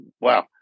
wow